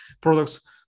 products